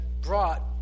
brought